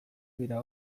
dira